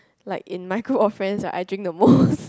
like in my group of friends right I drink the most